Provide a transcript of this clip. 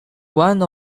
one